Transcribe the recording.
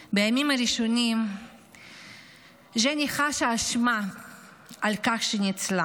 בימים הראשונים ג'ני חשה אשמה על כך שניצלה,